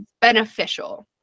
beneficial